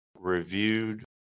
reviewed